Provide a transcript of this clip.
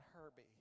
Herbie